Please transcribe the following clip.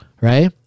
right